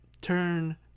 Turn